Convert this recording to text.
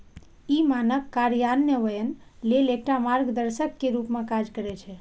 ई मानक कार्यान्वयन लेल एकटा मार्गदर्शक के रूप मे काज करै छै